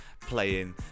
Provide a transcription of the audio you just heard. playing